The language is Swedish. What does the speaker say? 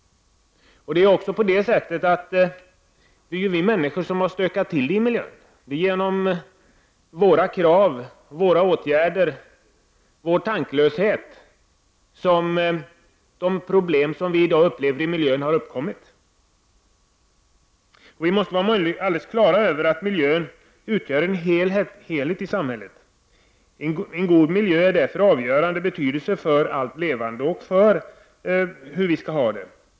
Det är ju också vi människor som har stökat till det i miljön. Det är till följd av våra krav, våra åtgärder och vår tanklöshet som miljöproblemen i dag har uppstått. Vi måste vara på det klara med att miljön utgör en helhet i samhället. En god miljö är därför av avgörande betydelse för allt levande och för hur vi skall ha det.